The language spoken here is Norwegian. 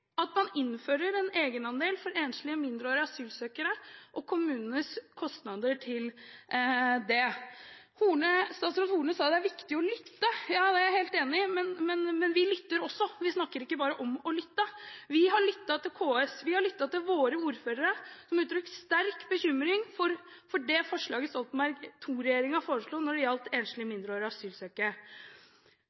at man innfører en egenandel for enslige mindreårige asylsøkere og kommunenes kostnader til dette. Statsråd Horne sa at det er viktig å lytte. Ja, det er jeg helt enig i, men vi lytter også – vi snakker ikke bare om å lytte. Vi har lyttet til KS, og vi har lyttet til våre ordførere, som har uttrykt sterk bekymring for forslaget fra Stoltenberg II-regjeringen når det gjaldt enslige mindreårige